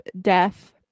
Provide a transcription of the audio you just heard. death